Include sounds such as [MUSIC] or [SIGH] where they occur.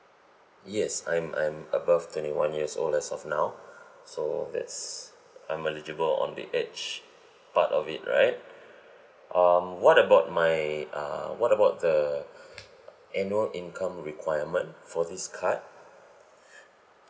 yes I'm I'm above twenty one years old as of now [BREATH] so that's I'm eligible on the age part of it right um what about my uh what about the [BREATH] annual income requirement for this card [BREATH]